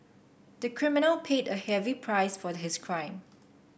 the criminal paid a heavy price for his crime